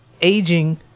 aging